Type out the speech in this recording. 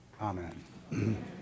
Amen